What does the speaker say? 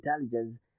intelligence